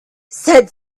said